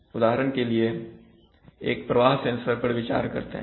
उदाहरण के लिए एक प्रवाह सेंसर पर विचार करते हैं